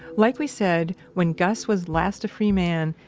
like we said, when gus was last a free man,